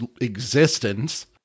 existence